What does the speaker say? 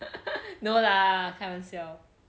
no lah 开玩笑